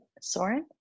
Soren